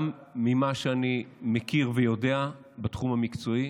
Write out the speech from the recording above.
גם ממה שאני מכיר ויודע בתחום המקצועי